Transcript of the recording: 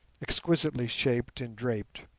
exquisitely shaped and draped.